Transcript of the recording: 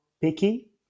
picky